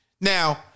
Now